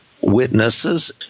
witnesses